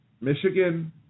Michigan